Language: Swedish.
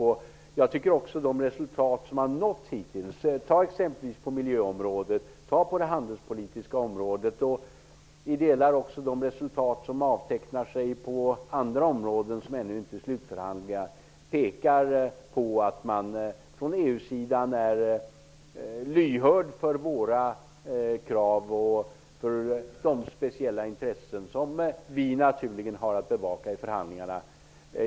De resultat som hittills har uppnåtts på t.ex. miljöområdet eller handelspolitiska området, och i delar också de resultat som avtecknar sig på andra områden som ännu inte är slutförhandlade, pekar på att man från EU-sidan är lyhörd för våra krav och speciella intressen som vi naturligen har att bevaka i förhandlingarna.